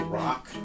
rock